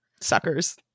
suckers